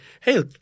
hey